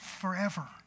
forever